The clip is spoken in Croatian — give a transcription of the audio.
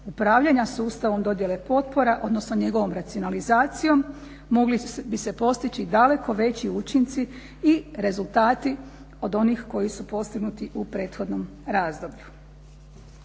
upravljanja sustavom dodjele potpora, odnosno njegovom racionalizacijom mogli bi se postići daleko veći učinci i rezultati od onih koji su postignuti u prethodnom razdoblju.